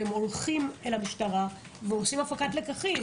הולכים למשטרה ועושים הפקת לקחים.